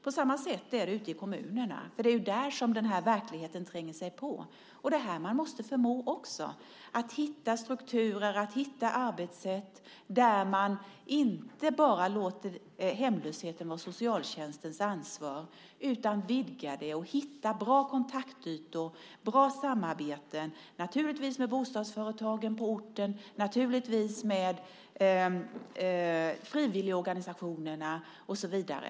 På samma sätt är det ute i kommunerna, för det är där som den här verkligheten tränger sig på. Det är här man måste förmås att hitta strukturer, hitta arbetssätt. Man kan inte låta hemlösheten vara bara socialtjänstens ansvar, utan man måste vidga det, hitta bra kontaktytor och bra samarbete, naturligtvis med bostadsföretagen på orten, naturligtvis med frivilligorganisationerna och så vidare.